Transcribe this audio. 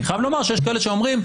אני חייב לומר שיש כאלה שאומרים,